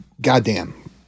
goddamn